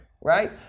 Right